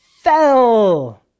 fell